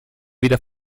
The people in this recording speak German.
wieder